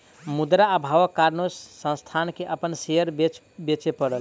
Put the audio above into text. मुद्रा अभावक कारणेँ संस्थान के अपन शेयर बेच पड़लै